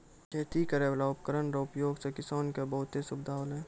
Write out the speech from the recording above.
खेती करै वाला उपकरण रो उपयोग से किसान के बहुत सुबिधा होलै